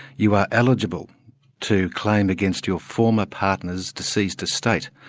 you are eligible to claim against your former partner's deceased estate,